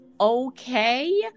okay